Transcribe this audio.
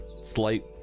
slight